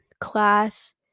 class